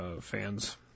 fans